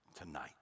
tonight